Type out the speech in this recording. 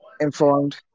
informed